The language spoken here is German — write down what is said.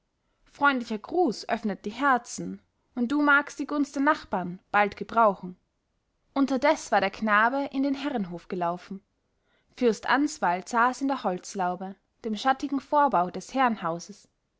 freundlicher gruß öffnet die herzen und du magst die gunst der nachbarn bald gebrauchen unterdes war der knabe in den herrenhof gelaufen fürst answald saß in der holzlaube dem schattigen vorbau des herrenhauses